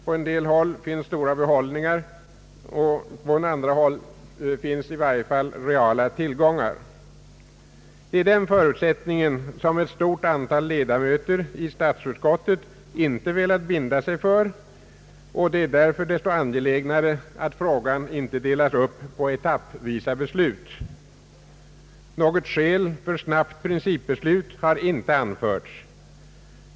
På en del platser finns stora behållningar, och på andra håll finns i varje fall reala tillgångar. Det är den förutsättningen som ett stort antal ledamöter i statsutskottet inte velat binda sig för, och det är därför desto angelägnare att frågan inte delas upp på beslut etappvis. Något skäl för snabbt principbeslut har inte anförts.